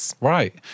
Right